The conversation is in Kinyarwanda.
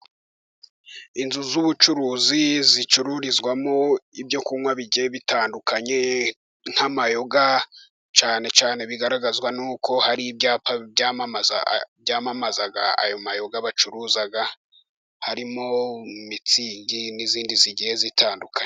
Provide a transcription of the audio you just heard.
Inzu z'ubucuruzi zicururizwamo ibyo kunywa bigiye bitandukanye nk'amayoga, cyane cyane bigaragazwa n'uko hari ibyapa byamamaza ayo mayoga bacuruza, harimo mitsingi n'izindi zigiye zitandukanye.